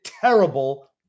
terrible